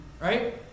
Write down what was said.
Right